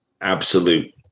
absolute